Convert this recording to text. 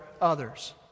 others